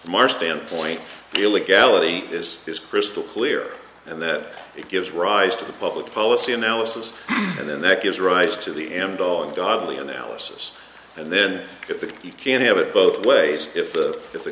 maher standpoint illegality is is crystal clear and that it gives rise to the public policy analysis and then that gives rise to the end all ungodly analysis and then if you can't have it both ways if the if the